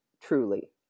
truly